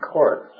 Court